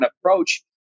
approach